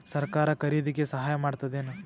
ಸರಕಾರ ಖರೀದಿಗೆ ಸಹಾಯ ಮಾಡ್ತದೇನು?